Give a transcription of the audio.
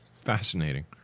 Fascinating